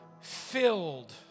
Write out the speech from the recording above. filled